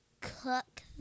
cook